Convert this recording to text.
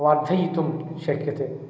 वर्धयितुं शक्यते